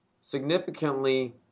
significantly